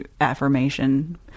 affirmation